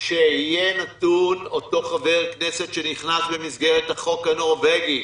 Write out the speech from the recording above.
שיהיה נתון לו אותו חבר כנסת שנכנס במסגרת החוק הנורווגי,